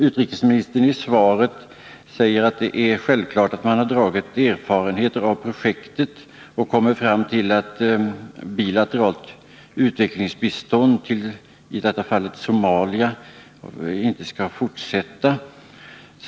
Utrikesministern säger i svaret att man självfallet har vunnit erfarenheter av projektet. Man har då kommit fram till att bilateralt utvecklingsbistånd till Somalia inte skall lämnas i fortsättningen.